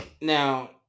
now